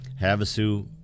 Havasu